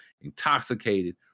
intoxicated